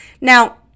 Now